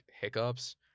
hiccups